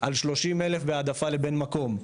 על 30,000 בהעדפה לבן מקום.